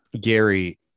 Gary